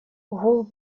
гул